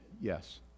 Yes